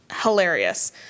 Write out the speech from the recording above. Hilarious